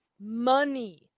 money